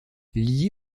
lié